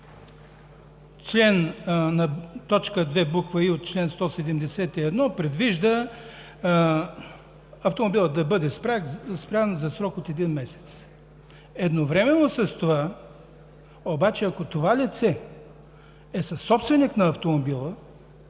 на т. 2, буква „и“ от чл. 171 предвижда: „автомобилът да бъде спрян за срок от един месец“. Едновременно с това, ако това лице е съсобственик на автомобила